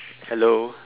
hello